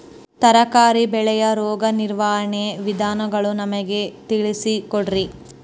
ತರಕಾರಿ ಬೆಳೆಯ ರೋಗ ನಿರ್ವಹಣೆಯ ವಿಧಾನಗಳನ್ನು ನಮಗೆ ತಿಳಿಸಿ ಕೊಡ್ರಿ?